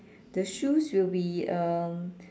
the shoes will be um